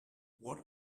what